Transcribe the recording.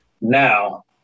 now